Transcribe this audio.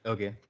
Okay